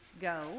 Go